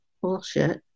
bullshit